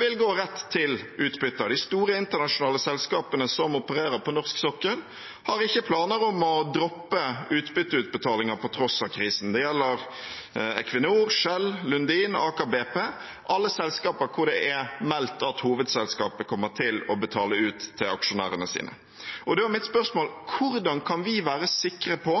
vil gå rett til utbytte. De store internasjonale selskapene som opererer på norsk sokkel, har ikke planer om å droppe utbytteutbetalinger på tross av krisen. Det gjelder Equinor, Shell, Lundin, Aker BP – alle selskaper hvor det er meldt at hovedselskapet kommer til å betale ut til aksjonærene sine. Da er mitt spørsmål: Hvordan kan vi være sikre på